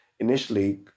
Initially